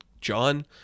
John